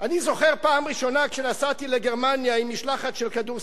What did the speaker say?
אני זוכר כשנסעתי פעם ראשונה לגרמניה עם משלחת של כדורסלנים,